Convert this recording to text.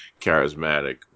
charismatic